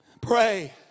pray